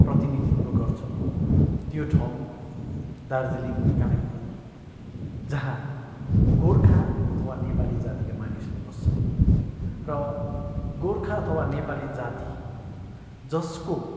प्रतिनिधित्व गर्छौँ त्यो ठाउँ दार्जिलिङ कालिम्पोङ जहाँ गोर्खा अथवा नेपाली जातिका मानिसहरू बस्छन् र गोर्खा अथवा नेपाली जाति जसको